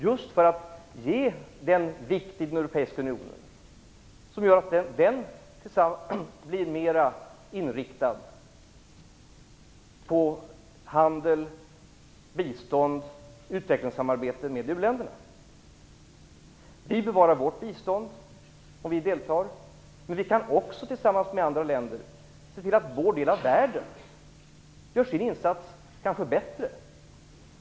Detta gör att den europeiska unionen blir mer inriktad på handel, bistånd och utvecklingssamarbete med u-länderna. Vi bevarar vårt bistånd. Men vi kan också tillsammans med andra länder se till att vår del av världen gör en bättre insats.